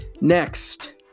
Next